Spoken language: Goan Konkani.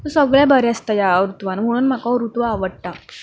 सगळें बरें आसता ह्या रुतूंत म्हणून म्हाका हो रुतू आवडटा